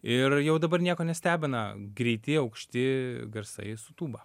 ir jau dabar nieko nestebina greiti aukšti garsai su tūba